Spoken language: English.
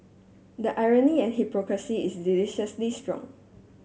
the irony and hypocrisy is deliciously strong